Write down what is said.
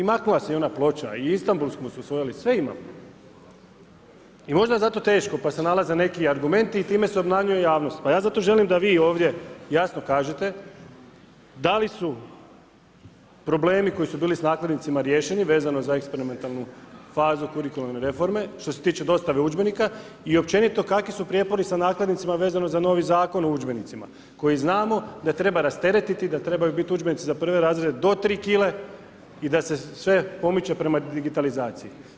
I maknula se i ona ploča i Istanbulsku smo usvojili, sve imamo i možda je zato i teško pa se nalaze neki argumenti i time se obmanjuje javnost pa ja zato želim da vi ovdje jasno kažete da li su problemi koji su bili s nadzornicima riješeni, vezani za eksperimentalnu fazu kurikularne reforme, što se tiče dostave udžbenika i općenito kakvi su prijepori sa nakladnicima vezano za novi zakon o udžbenicima, koji znamo da treba rasteretiti, da trebaju biti udžbenici za prve razrede do 3 kg i da se sve pomoći prema digitalizaciji.